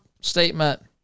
statement